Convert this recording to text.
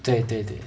对对对